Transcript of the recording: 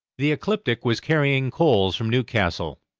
the ecliptic was carrying coals from newcastle.